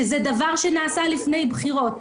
שזה דבר שנעשה לפני בחירות.